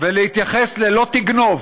ולהתייחס ל"לא תגנוב"?